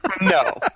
No